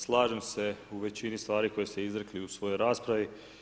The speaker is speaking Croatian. Slažem se u većini stvari koju ste izrekli u svojoj raspravi.